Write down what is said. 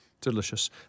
Delicious